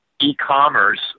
e-commerce